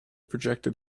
projected